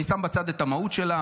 אני שם בצד את המהות שלה,